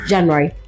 January